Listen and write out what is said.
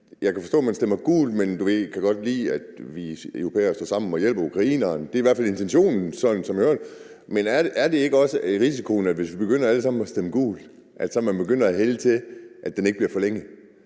Jeg kan forstå, at man stemmer gult, men at man godt kan lide, at vi europæere står sammen og hjælper ukrainerne. Det er i hvert fald intentionen, sådan som jeg hører det. Men er det ikke også risikoen, at hvis vi alle sammen begynder at stemme gult, begynder man at hælde til, at den ikke bliver forlænget,